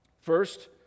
first